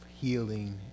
healing